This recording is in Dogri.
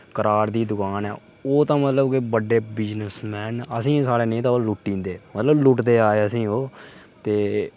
कराड़े दी दकान ऐ ओह् ओह् ते मतलब कि बड्डे बिजनिसमैन न अस नेईं तां सर ओह् लुट्टी जंदे मतलब लुटदे आए असें ई ओह् ते